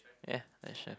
ya for sure